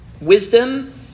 Wisdom